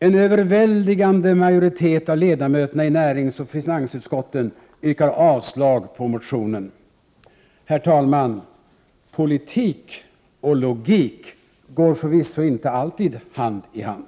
En överväldigande majoritet av ledamöterna i näringsutskottet och finansutskottet yrkade avslag på motionen. Herr talman! Politik och logik går förvisso inte alltid hand i hand!